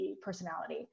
personality